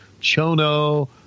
Chono